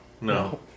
No